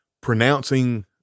pronouncing